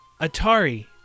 Atari